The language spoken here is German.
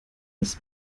als